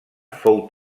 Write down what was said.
fou